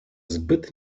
zbyt